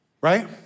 right